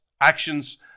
actions